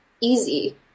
easy